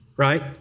right